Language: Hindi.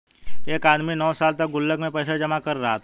एक आदमी नौं सालों तक गुल्लक में पैसे जमा कर रहा था